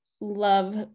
love